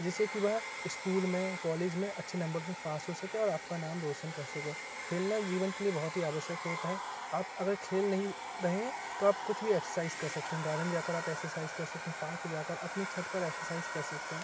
जिससे कि वह इस्कूल में कौलेज में अच्छे नंबर से पास हो सके और आपका नाम रोशन कर सकें खेलना जीवन के लिए बहुत ही आवश्यक होता है आप अगर खेल नहीं रहे हैं तो आप कुछ भी एक्सरसाइज कर सकते हैं गार्डेन जाकर आप एक्सरसाइज कर सकते हैं पार्क जाकर अपने छत पर एक्सरसाइज कर सकते हैं